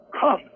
Come